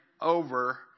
over